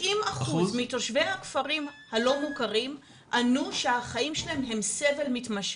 90% מתושבי הכפרים הלא מוכרים ענו שהחיים שלהם הם סבל מתמשך.